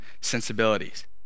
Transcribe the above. sensibilities